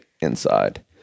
inside